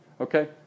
okay